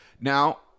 now